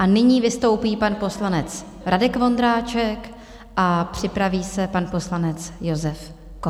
Nyní vystoupí pan poslanec Radek Vondráček a připraví se pan poslanec Josef Kott.